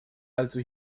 also